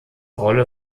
rolle